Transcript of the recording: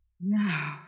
Now